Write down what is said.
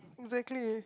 exactly